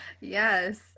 Yes